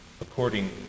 according